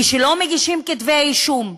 כשלא מגישים כתבי אישום,